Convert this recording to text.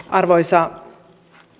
arvoisa